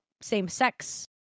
same-sex